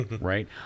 right